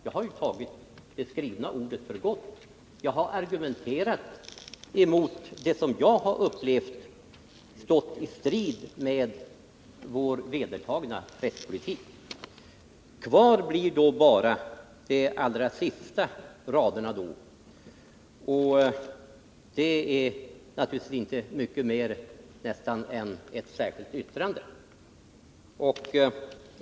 Jag har tagit det skrivna ordet för gott, och jag har argumenterat mot det som jag upplevt står i strid med vår vedertagna presspolitik. Kvar blir då bara de allra sista raderna i reservationen, och det är inte mycket mer än ett särskilt yttrande.